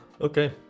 Okay